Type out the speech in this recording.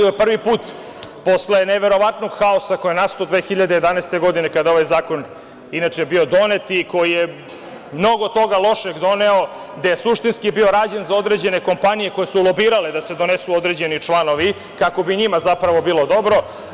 Ovo je prvi put posle neverovatnog haosa koji je nastao 2011. godine, kada je ovaj zakon bio donet i koji je mnogo toga lošeg doneo, gde je suštinski bio rađen za određene kompanije, koje su lobirale da se donesu određeni članovi, kako bi njima, zapravo, bilo dobro.